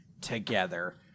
together